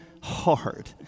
hard